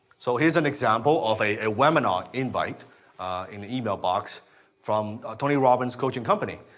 so here's an example of a webinar invite in the email box from tony robbins coaching company.